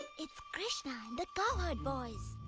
it's krishna and the cowherd boys.